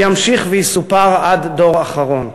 והוא ימשיך ויסופר עד דור אחרון.